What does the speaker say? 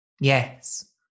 Yes